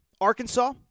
Arkansas